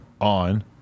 on